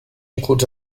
includes